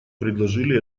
предложили